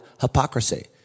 hypocrisy